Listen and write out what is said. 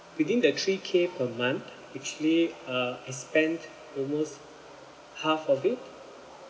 within the three K per month usually uh I spend almost half of it